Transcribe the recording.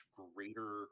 greater